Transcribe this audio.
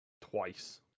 twice